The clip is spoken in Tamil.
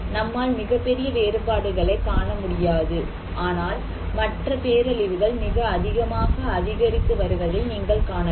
நம்மால் மிகப் பெரிய வேறுபாடுகளைக் காண முடியாது ஆனால் மற்ற பேரழிவுகள் மிக அதிகமாக அதிகரித்து வருவதை நீங்கள் காணலாம்